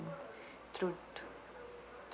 true